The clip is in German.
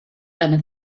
einem